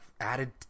added